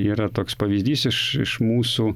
yra toks pavyzdys iš iš mūsų